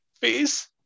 face